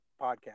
podcast